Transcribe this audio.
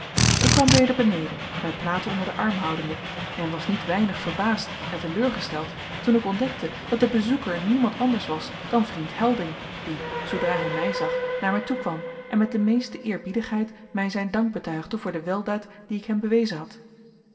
ik kwam weder beneden mijn platen onder den arm houdende en was niet weinig verbaasd en teleurgesteld toen ik ontdekte dat de bezoeker niemand anders was dan vriend helding die zoodra hij mij zag naar mij toekwam en met de meeste eerbiedigheid mij zijn dank betuigde voor de weldaad die ik hem bewezen had